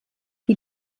die